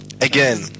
Again